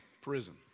prison